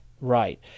Right